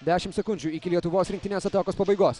dešimt sekundžių iki lietuvos rinktinės atakos pabaigos